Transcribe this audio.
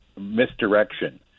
misdirection